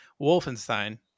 Wolfenstein